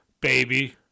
baby